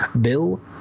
Bill